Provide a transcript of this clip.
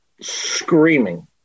screaming